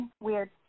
weird